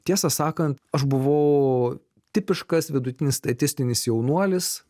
tiesą sakant aš buvau tipiškas vidutinis statistinis jaunuolis